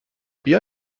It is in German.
bier